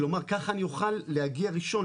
כלומר ככה אני אוכל להגיע ראשון,